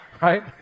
Right